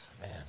Man